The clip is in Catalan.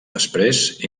després